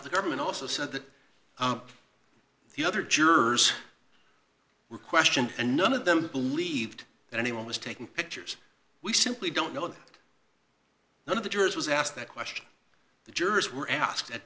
the government also said that the other jurors were questioned and none of them believed that anyone was taking pictures we simply don't know that none of the jurors was asked that question the jurors were asked at